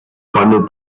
funded